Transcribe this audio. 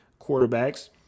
quarterbacks